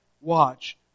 watch